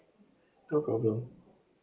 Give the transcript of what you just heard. no problem